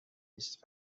است